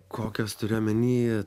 kokios turiu omeny